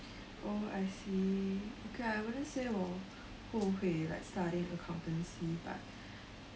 oh I see okay I wouldn't say 我后悔 like studying accountancy but